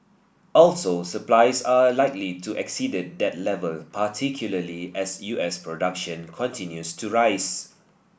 also supplies are likely to exceed that level particularly as U S production continues to rise